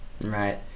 Right